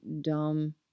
dumb